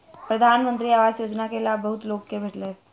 प्रधानमंत्री आवास योजना के लाभ बहुत लोक के भेटल